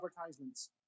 advertisements